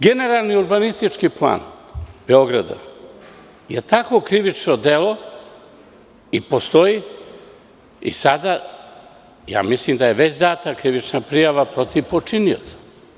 Generalni urbanistički plan Beograda je takvo krivično delo i postoji i sada, a ja mislim da je već data krivična prijava protiv počinioca.